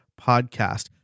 podcast